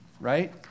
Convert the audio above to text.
right